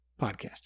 podcast